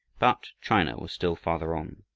but china was still farther on,